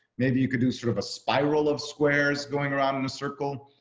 maybe you could do sort of a spiral of squares going around in a circle.